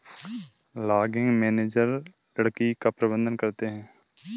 logging manager लकड़ी का प्रबंधन करते है